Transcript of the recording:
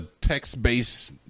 text-based